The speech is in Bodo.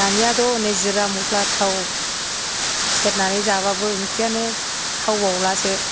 दानियाथ' हनै जिरा मस्ला थाव सेरनानै जाबाबो ओंख्रियानो थावबावलासो